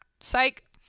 Psych